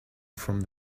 from